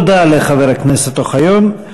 תודה לחבר הכנסת אוחיון.